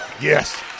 Yes